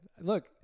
Look